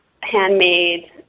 handmade